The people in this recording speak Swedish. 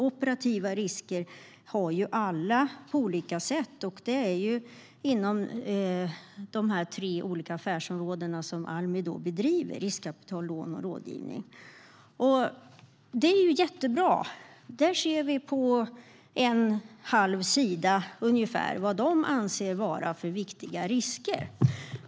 Operativa risker tar ju alla företag på olika sätt, och det är ju inom de tre affärsområdena riskkapital, lån och rådgivning som Almi bedriver sin verksamhet. I årsredovisningen för Almi redogörs det på ungefär en halv sida för vad man anser vara viktiga risker.